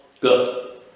Good